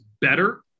better